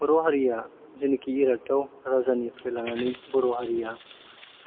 बर' हारिया जेनाखि इरागदाव राजानिफ्राय लानानै बर' हारिया